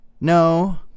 no